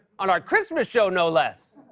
on our christmas show, no less!